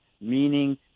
meaning